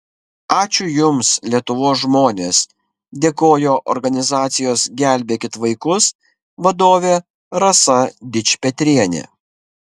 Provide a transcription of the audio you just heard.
ačiū jums lietuvos žmonės dėkojo organizacijos gelbėkit vaikus vadovė rasa dičpetrienė